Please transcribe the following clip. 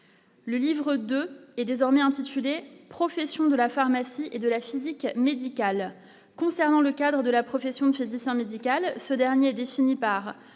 Le livre 2 est désormais intitulé Profession de la pharmacie et de la physique médicale concernant le cadre de la profession de dessin médical ce dernier défini par